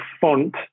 font